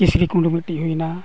ᱠᱤᱥᱨᱤᱠᱩᱱᱰᱩ ᱢᱤᱫᱴᱤᱡ ᱦᱩᱭᱮᱱᱟ